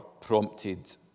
prompted